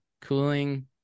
cooling